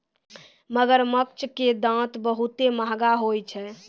मगरमच्छ के दांत बहुते महंगा होय छै